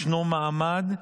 ישנו מענה,